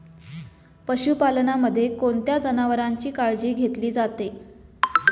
पशुपालनामध्ये कोणत्या जनावरांची काळजी घेतली जाते?